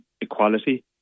equality